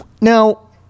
now